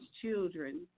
children